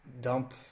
dump